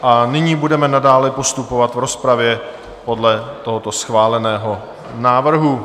A nyní budeme nadále postupovat v rozpravě podle tohoto schváleného návrhu.